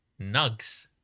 nugs